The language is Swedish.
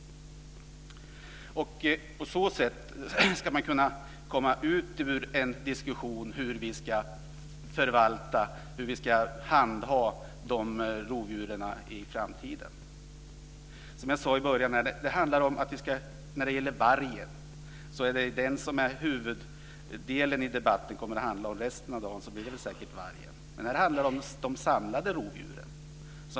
På det sättet kan vi föra diskussionen om hur vi ska förvalta och handha rovdjuren i framtiden. Huvuddelen av debatten under resten av dagen kommer nog att handla om vargen. Men här handlar det om samtliga rovdjur.